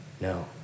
No